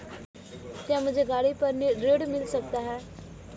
क्या मुझे गाड़ी पर ऋण मिल सकता है?